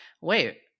wait